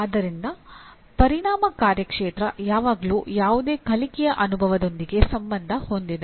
ಆದ್ದರಿಂದ ಪರಿಣಾಮ ಕಾರ್ಯಕ್ಷೇತ್ರ ಯಾವಾಗಲೂ ಯಾವುದೇ ಕಲಿಕೆಯ ಅನುಭವದೊಂದಿಗೆ ಸಂಬಂಧ ಹೊಂದಿದೆ